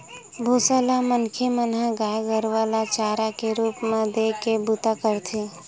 भूसा ल मनखे मन ह गाय गरुवा ल चारा के रुप म देय के बूता करथे